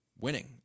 winning